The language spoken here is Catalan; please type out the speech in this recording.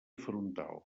frontal